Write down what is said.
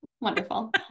Wonderful